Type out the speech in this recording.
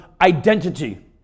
identity